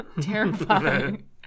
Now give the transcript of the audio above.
Terrifying